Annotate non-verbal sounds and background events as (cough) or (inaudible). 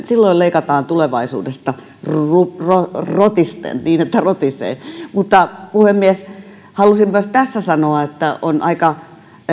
(unintelligible) silloin leikataan tulevaisuudesta niin että rotisee puhemies halusin tässä myös sanoa että on aika